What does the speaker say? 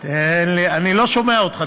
אני לא שומע אותך.